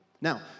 Now